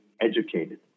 educated